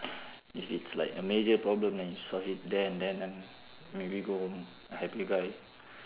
if it's like a major problem then you solve it there and then and maybe go home a happy guy